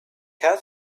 had